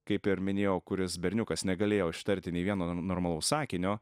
kaip ir minėjau kuris berniukas negalėjo ištarti nė vieno no normalaus sakinio